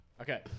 Okay